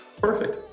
Perfect